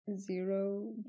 Zero